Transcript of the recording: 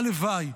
הלוואי.